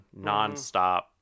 nonstop